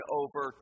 over